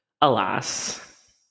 Alas